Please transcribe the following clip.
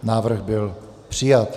Návrh byl přijat.